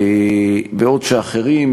בעוד שאחרים,